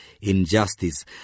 injustice